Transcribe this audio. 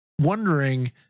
wondering